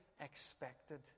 expected